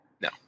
No